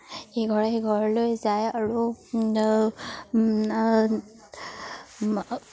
সিঘৰে সিঘৰলৈ যায় আৰু